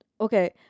okay